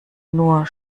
nur